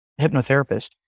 hypnotherapist